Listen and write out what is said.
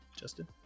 justin